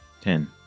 Ten